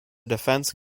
defence